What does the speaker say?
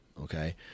Okay